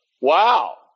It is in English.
Wow